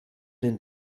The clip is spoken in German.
den